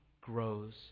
grows